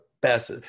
best